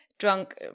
drunk